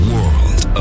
World